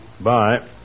Bye